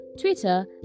Twitter